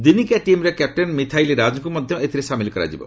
ଦିନିକିଆ ଟିମ୍ର କ୍ୟାପ୍ଟେନ୍ ମିଥାଲି ରାଜ୍ଙ୍କୁ ମଧ୍ୟ ଏଥିରେ ସାମିଲ କରାଯିବ